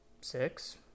six